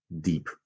deep